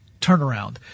turnaround